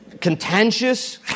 contentious